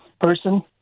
person